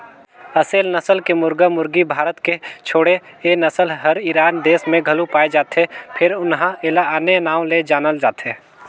असेल नसल के मुरगा मुरगी भारत के छोड़े ए नसल हर ईरान देस में घलो पाये जाथे फेर उन्हा एला आने नांव ले जानल जाथे